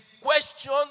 question